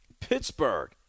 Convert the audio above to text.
Pittsburgh